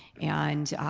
and